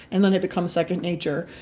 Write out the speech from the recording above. and then it becomes second nature.